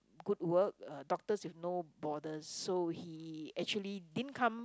good work doctors with no borders so he actually didn't come